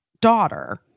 daughter